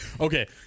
Okay